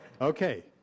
Okay